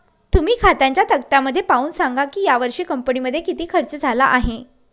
तुम्ही खात्यांच्या तक्त्यामध्ये पाहून सांगा की यावर्षी कंपनीमध्ये किती खर्च झाला आहे